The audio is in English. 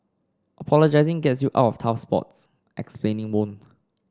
apologising gets you out of tough spots explaining won't